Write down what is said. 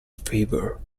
favour